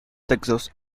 textos